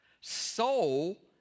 soul